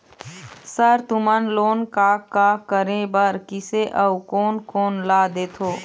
Sir तुमन loan का का करें बर, किसे अउ कोन कोन ला देथों?